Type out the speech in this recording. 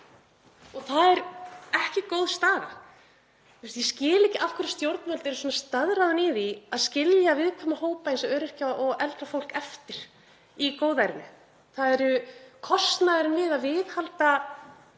Það er ekki góð staða. Ég skil ekki af hverju stjórnvöld eru staðráðin í því að skilja viðkvæma hópa eins og öryrkja og eldra fólk eftir í góðærinu. Það er kostnaður við að viðhalda